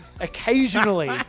occasionally